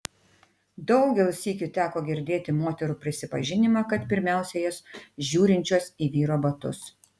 daugel sykių teko girdėt moterų prisipažinimą kad pirmiausia jos žiūrinčios į vyro batus